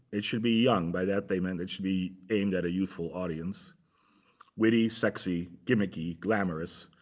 it should be young. by that they meant it should be aimed at a youthful audience witty, sexy, gimmicky, glamorous,